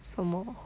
什么